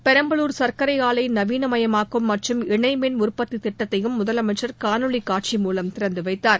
பெரம்பலூர் சர்க்கரை ஆலை நவீனமயமாக்கும் மற்றும் இணைமின் உற்பத்தி திட்டத்தையும் முதலனமச்சர் காணொலி காட்சி மூலம் திறந்து வைத்தார்